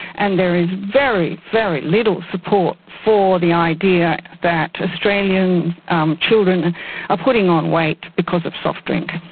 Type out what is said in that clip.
and there is very, very little support for the idea that australian children are putting on weight because of soft drink.